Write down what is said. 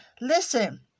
listen